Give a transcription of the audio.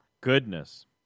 Goodness